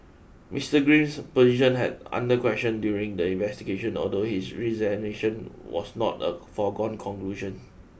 Mister Green's position had under question during the investigation although his resignation was not a foregone conclusion